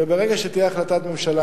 ברגע שתהיה החלטת ממשלה,